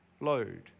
load